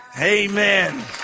Amen